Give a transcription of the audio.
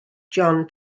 john